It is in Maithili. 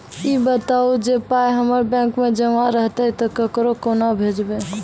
ई बताऊ जे पाय हमर बैंक मे जमा रहतै तऽ ककरो कूना भेजबै?